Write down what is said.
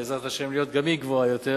בעזרת השם, להיות גם היא גבוהה יותר,